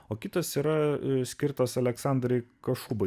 o kitos yra skirtos aleksandrai kašubai